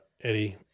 Eddie